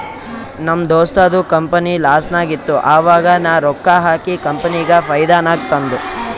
ನಮ್ ದೋಸ್ತದು ಕಂಪನಿ ಲಾಸ್ನಾಗ್ ಇತ್ತು ಆವಾಗ ನಾ ರೊಕ್ಕಾ ಹಾಕಿ ಕಂಪನಿಗ ಫೈದಾ ನಾಗ್ ತಂದ್